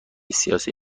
سیاسی